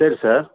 சரி சார்